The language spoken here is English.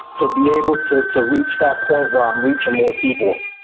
to be able to to reach that point where i'm reaching more people.